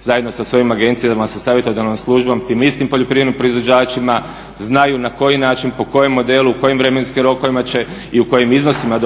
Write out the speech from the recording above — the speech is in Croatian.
zajedno sa svojim agencijama, sa savjetodavnom službom, tim istim poljoprivrednim proizvođačima znaju na koji način, po kojem modelu, u kojim vremenskim rokovima će i u kojim iznosima